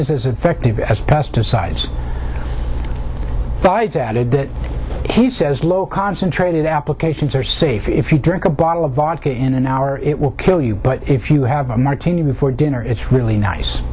is as effective as pesticides dives added that he says low concentrated applications are safe if you drink a bottle of vodka in an hour it will kill you but if you have a martini before dinner it's really nice